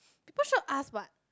people sure ask what